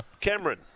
Cameron